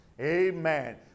amen